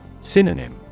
Synonym